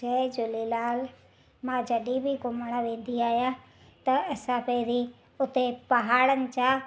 जय झूलेलाल मां जॾहिं बि घुमण वेंदी आहियां त असां पहरीं उते पहाड़नि जा